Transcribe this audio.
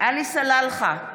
עלי סלאלחה,